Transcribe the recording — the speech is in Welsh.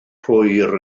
hwyr